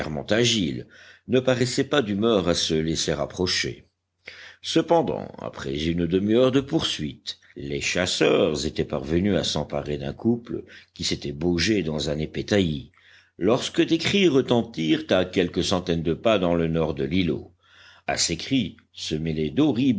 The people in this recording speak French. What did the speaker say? agiles ne paraissaient pas d'humeur à se laisser approcher cependant après une demi-heure de poursuites les chasseurs étaient parvenus à s'emparer d'un couple qui s'était baugé dans un épais taillis lorsque des cris retentirent à quelques centaines de pas dans le nord de l'îlot à ces cris se mêlaient d'horribles